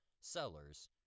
sellers